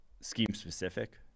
scheme-specific